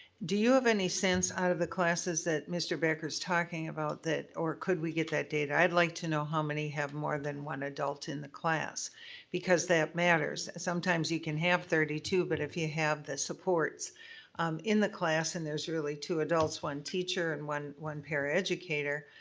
do you have any sense out of the classes that mr. becker is talking about, that, or, could we get that data? i'd like to know how many have more than one adult in the class because that matters. sometimes you can have thirty two but if you have the supports um in the class, and there's really two adults, one teacher and one one paraeducator,